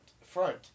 front